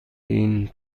این